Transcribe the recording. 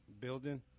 building